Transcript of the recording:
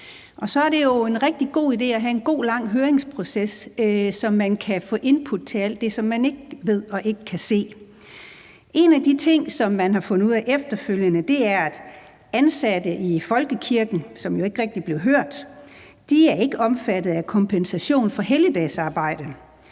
det jo en rigtig god idé at have en god, lang høringsproces, så man kan få input til alt det, som man ikke ved og ikke kan se. En af de ting, som man har fundet ud af efterfølgende, er, at ansatte i folkekirken, som jo ikke rigtig blev hørt, ikke er omfattet af kompensation for helligdagsarbejde.